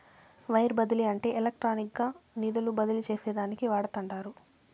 wire బదిలీ అంటే ఎలక్ట్రానిక్గా నిధులు బదిలీ చేసేదానికి వాడతండారు